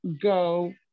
go